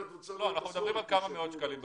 אנחנו מדברים על כמה מאות שקלים בחודש.